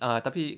ah tapi